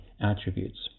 Attributes